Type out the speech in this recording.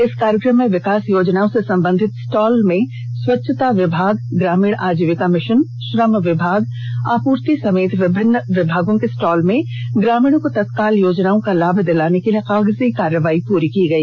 इस कार्यक्रम में विकास योजनाओं से संबंधित स्टॉल में स्वच्छता विभाग ग्रामीण आजीविका मिशन श्रम विभाग आपूर्ति समेत विभिन्न विभागों के स्टॉल में ग्रामीणों को तत्काल योजनाओं का लाभ दिलाने के लिए कागजी कार्रवाई प्री की गई